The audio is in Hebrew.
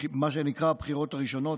מה שנקרא הבחירות הראשונות,